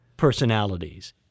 personalities